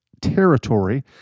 territory